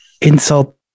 Insult